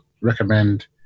recommend